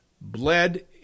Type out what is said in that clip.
bled